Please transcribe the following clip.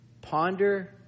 ponder